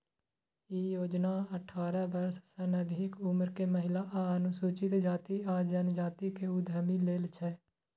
ई योजना अठारह वर्ष सं अधिक उम्र के महिला आ अनुसूचित जाति आ जनजाति के उद्यमी लेल छै